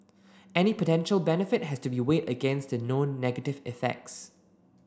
any potential benefit has to be weighed against the known negative effects